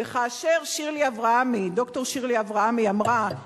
וכאשר ד"ר שירלי אברמי אמרה בתשובתה,